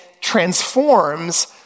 transforms